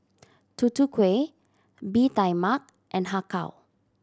Tutu Kueh Bee Tai Mak and Har Kow